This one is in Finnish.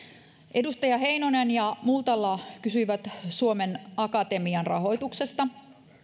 edustaja heinonen ja multala kysyivät suomen akatemian rahoituksesta